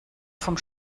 von